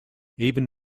even